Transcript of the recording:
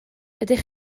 ydych